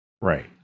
Right